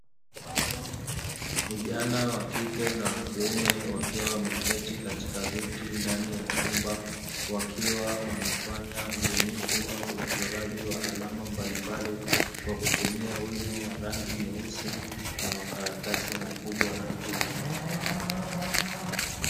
Vijana wakike na wakiume, wakiwa wameketi katika viti ndani ya chumba. Wakiwa wanafanya ubunifu au uchoraji wa alama mbalimbali. Kwa kutumia wino wa rangi nyeusi na makaratasi makubwa ya rangi nyeupe.